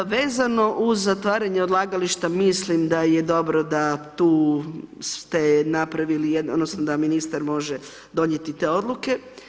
Vezano uz zatvaranje odlagališta, mislim da je dobro da ste tu napravili, odnosno, da ministar može donijeti odluke.